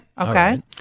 Okay